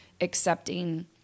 accepting